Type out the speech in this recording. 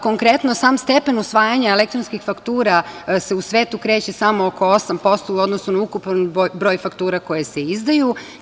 Konkretno, sam stepen usvajanja elektronskih faktura se u svetu kreće samo oko 8% u odnosu na ukupan broj faktura koji se izdaju.